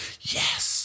yes